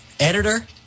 editor